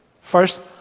First